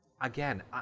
Again